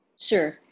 Sure